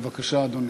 בבקשה, אדוני.